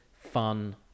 fun